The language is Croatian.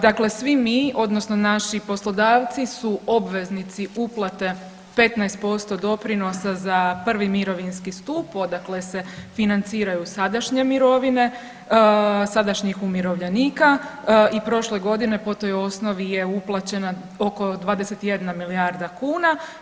Dakle, svi mi odnosno naši poslodavci su obveznici uplate 15% doprinosa za prvi mirovinski stup odakle se financiraju sadašnje mirovine sadašnjih umirovljenika i prošle godine po toj osnovi je uplaćena oko 21 milijarda kuna.